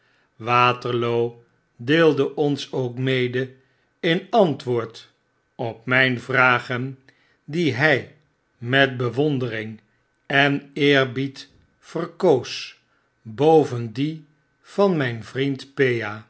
waterloo deelde ons ook mede in antwoord op myn vragen die hij met bewondering en eerbied verkoos boven die van myn vriend